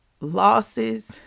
Losses